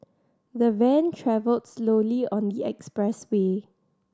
the van travelled slowly on the expressway